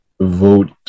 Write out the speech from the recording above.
vote